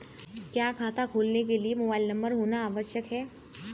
क्या खाता खोलने के लिए मोबाइल नंबर होना आवश्यक है?